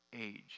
age